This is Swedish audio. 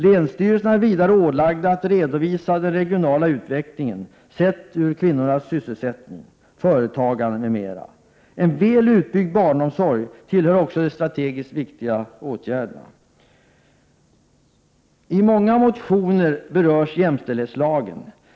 Länsstyrelserna är vidare ålagda att redovisa den regionala utvecklingen sett utifrån kvinnornas sysselsättning, företagande m.m. En väl utbyggd barnomsorg tillhör också de strategiskt viktiga åtgärderna. I många motioner berörs jämställdhetslagen.